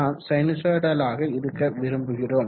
நாம் சைனுசொய்டலாக இருக்க விரும்புகிறோம்